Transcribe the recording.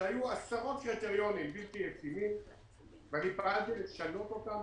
שהיו עשרות קריטריונים בלתי ישימים ואני פעלתי לשנות אותם,